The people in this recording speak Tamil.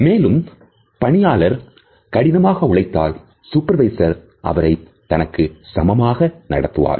மேலும் பணியாளர் கடினமாக உழைத்தால் சூப்பர்வைசர் அவரை தனக்கு சமமாக நடத்துவார்